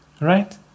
right